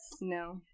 No